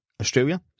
Australia